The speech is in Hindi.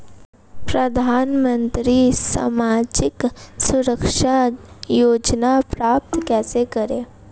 प्रधानमंत्री सामाजिक सुरक्षा योजना प्राप्त कैसे करें?